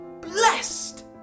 blessed